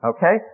Okay